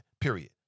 Period